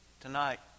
Tonight